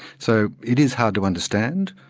so it is hard to understand,